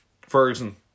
Ferguson